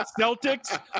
Celtics